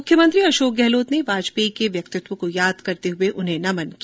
मुख्यमंत्री अशोक गहलोत ने वाजपेयी के व्यक्तित्व को याद करते हुये उन्हें नमन किया